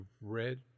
red